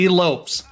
lopes